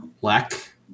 Black